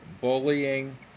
bullying